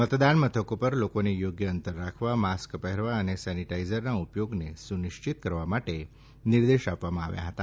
મતદાન મથકો પર લોકોને યોગ્ય અંતર રાખવા માસ્ક પહેરવા અને સનેટાઇઝરના ઉપયોગને સુનિશ્ચિત કરવા માટે નિર્દેશ આપવામાં આવ્યા હતા